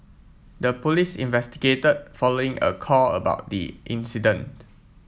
the police investigated following a call about the incident